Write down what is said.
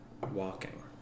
walking